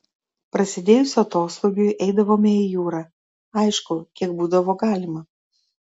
prasidėjus atoslūgiui eidavome į jūrą aišku kiek būdavo galima